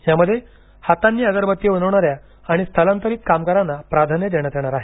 यामध्ये हातांनी अगरबत्ती बनवणाऱ्या आणि स्थलांतरीत कामगारांना प्राधान्य देण्यात येणार आहे